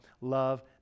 love